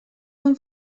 són